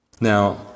Now